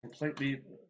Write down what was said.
completely